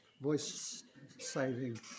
voice-saving